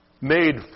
made